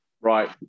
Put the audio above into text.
Right